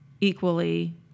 equally